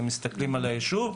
הם מסתכלים על היישוב.